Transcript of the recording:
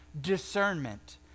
discernment